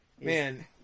Man